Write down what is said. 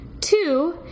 Two